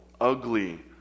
ugly